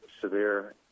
severe